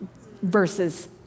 versus